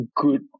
good